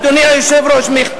אדוני היושב-ראש,